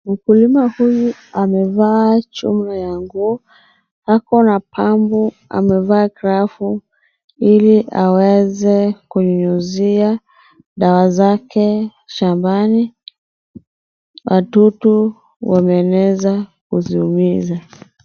Mkulima huyu amevaa chuma ya nguo, ako na pambo amevaa ili aweze kunyunyuzia dawa zake shambani, watoto wameeneza kuziumiza.